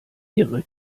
ihre